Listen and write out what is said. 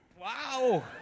wow